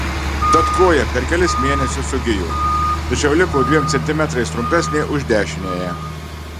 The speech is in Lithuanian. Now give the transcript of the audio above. tad koja per kelis mėnesius sugijo tačiau liko dviem centimetrais trumpesnė už dešiniąją